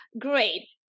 Great